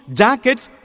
jackets